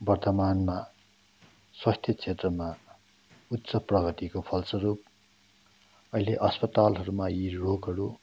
वर्तमानमा स्वास्थ्य क्षेत्रमा उच्च प्रगतिको फलस्वरूप अहिले अस्पतालहरूमा यी रोगहरू